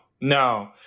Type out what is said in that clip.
no